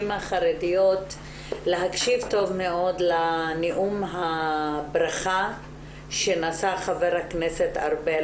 החרדיות להקשיב טוב מאוד לנאום הברכה שנשא ח"כ ארבל